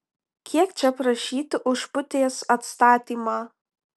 kiek čia prašyti už putės atstatymą